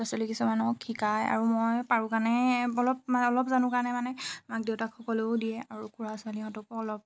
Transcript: ল'ৰা ছোৱালী কিছুমানক শিকাই আৰু মই পাৰো কাৰণে বলত অলপ জানো কাৰণে মানে মাক দেউতাকসকলেও দিয়ে আৰু খুড়া ছোৱালীহঁতকো অলপ